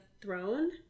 throne